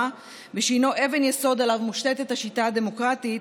ושהינו אבן יסוד שעליה מושתתת השיטה הדמוקרטית,